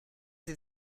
sie